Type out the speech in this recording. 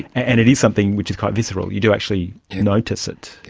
and it is something which is quite visceral, you do actually notice it.